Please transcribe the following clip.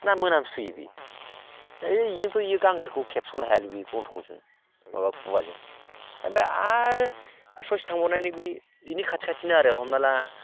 ना मोनामसुयो बियो ऐ इयोथ' इयो गांसोखौ खेबस'नो हाया बे गन्थंजों माबा खुगाजों ओमफ्राय आरो ससे थांबावनानै बिनि खाथि खाथिनो आरो हमना ला